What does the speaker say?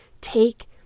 Take